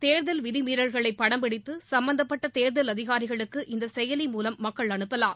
தேர்தல் விதி மீறல்களை படம் பிடித்து சும்பந்தப்பட்ட தேர்தல் அதிகாரிகளுக்கு இந்த செயலி மூலம் மக்கள் அனுப்பலாம்